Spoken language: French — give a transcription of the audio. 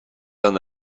d’un